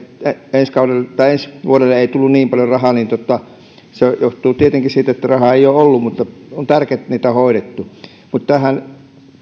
ehkä ensi vuodelle ei tullut niin paljon rahaa johtuu tietenkin siitä että rahaa ei ole ollut mutta on tärkeää että tätä on hoidettu mutta tähän